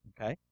Okay